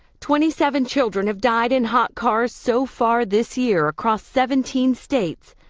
twenty seven children have died in hot cars so far this year across seventeen states.